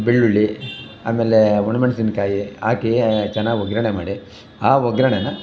ಬೆಳ್ಳುಳ್ಳಿ ಆಮೇಲೆ ಒಣಮೆಣಸಿನ್ಕಾಯಿ ಹಾಕಿ ಚೆನ್ನಾಗಿ ಒಗ್ಗರಣೆ ಮಾಡಿ ಆ ಒಗ್ಗರಣೆನ